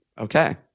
Okay